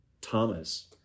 Thomas